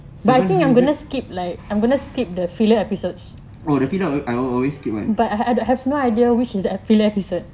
oh the the filler episode I will always skip [one]